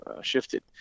shifted